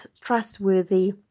trustworthy